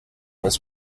was